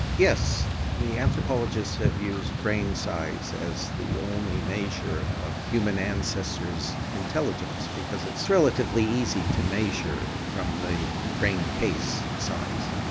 yes, the anthropologists have used brain size as the only measure of human ancestors' intelligence because it's relatively easy to measure from the brain case size.